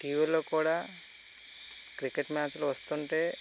టీవీలో కూడా క్రికెట్ మ్యాచ్లు వస్తుంటే